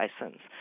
license